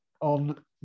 on